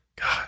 God